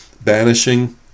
Banishing